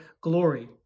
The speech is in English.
glory